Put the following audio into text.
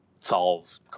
solves